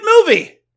movie